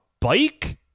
bike